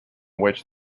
which